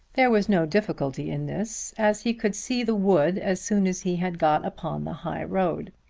there was no difficulty in this as he could see the wood as soon as he had got upon the high road.